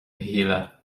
shíle